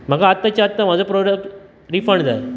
म्हाका आत्ताच्या आत्ता म्हजो प्रोडक्ट रिफंड जाय